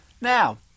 Now